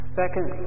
second